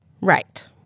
Right